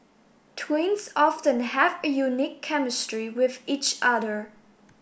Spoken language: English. twins often have a unique chemistry with each other